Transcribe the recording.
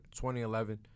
2011